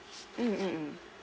mm mm mm